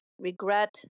regret